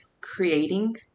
creating